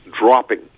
dropping